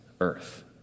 earth